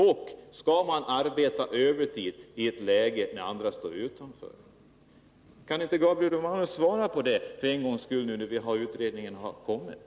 Och: Skall man arbeta övertid i ett läge när andra står utanför arbetslivet? Kan inte Gabriel Romanus svara på det nu när utredningen har kommit?